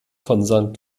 von